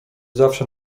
zawsze